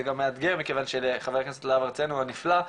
גם מאתגר מכיוון שלחבר הכנסת להב הרצנו הנפלא,